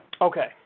Okay